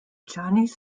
chinese